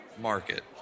market